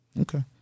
Okay